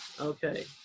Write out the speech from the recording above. okay